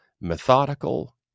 methodical